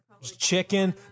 chicken